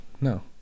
no